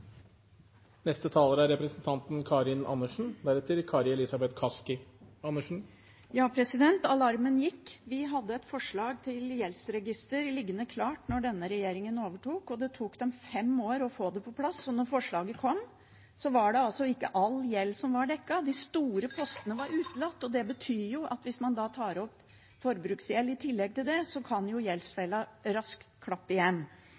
Alarmen gikk! Vi hadde et forslag til gjeldsregister liggende klart da denne regjeringen overtok, og det tok dem fem år å få det på plass. Og da forslaget kom, var det ikke all gjeld som var dekket. De store postene var utelatt, og det betyr at hvis man tar opp forbrukslån i tillegg til det, kan gjeldsfella raskt klappe igjen